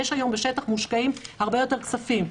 היום בשטח מושקעים הרבה יותר כספים.